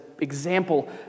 example